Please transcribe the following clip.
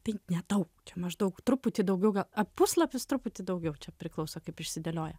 tai nedaug maždaug truputį daugiau gal puslapis truputį daugiau čia priklauso kaip išsidėlioja